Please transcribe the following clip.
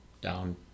down